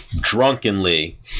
drunkenly